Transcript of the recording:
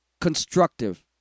constructive